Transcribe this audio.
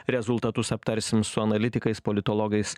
rezultatus aptarsim su analitikais politologais